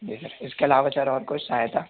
जी sir इसके अलावा sir और कुछ सहायता